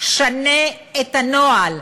שנה את הנוהל,